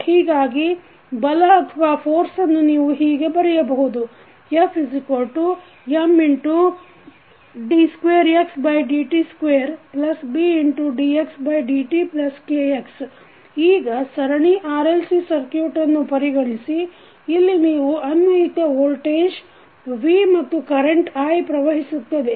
ಹೀಗಾಗಿ ಬಲವನ್ನು ನೀವು ಹೀಗೆ ಬರೆಯಬಹುದು FMd2xdt2BdxdtKx ಈಗ ಸರಣಿ RLC ಸರ್ಕ್ಯುಟನ್ನು ಪರಿಗಣಿಸಿ ಇಲ್ಲಿ ನೀವು ಅನ್ವಯಿತ ವೋಲ್ಟೇಜ್ V ಮತ್ತು ಕರೆಂಟ್ i ಪ್ರವಹಿಸುತ್ತದೆ